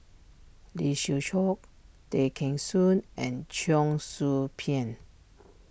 Lee Siew Choh Tay Kheng Soon and Cheong Soo Pieng